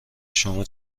شما